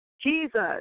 Jesus